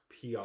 PR